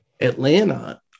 Atlanta